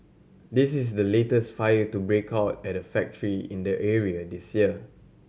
this is the latest fire to break out at a factory in the area this year